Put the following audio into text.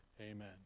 amen